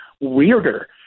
weirder